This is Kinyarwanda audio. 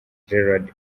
gerald